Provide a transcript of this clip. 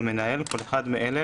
"המנהל" כל אחד מאלה,